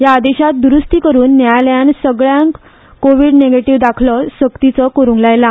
हया आदेशांत दुरुस्ती करून न्यायालयान सगल्यांक कोव्हीड निगेटिव्ह दाखलो सक्ती करुंक लायल्या